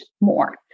more